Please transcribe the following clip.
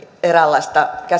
eräänlaista